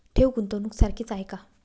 ठेव, गुंतवणूक सारखीच आहे का?